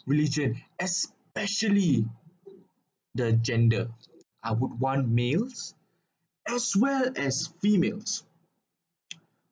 religion especially the gender I would want males as well as females